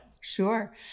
Sure